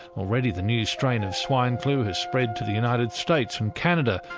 already the new strain of swine flu has spread to the united states and canada,